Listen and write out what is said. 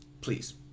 Please